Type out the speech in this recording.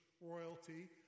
royalty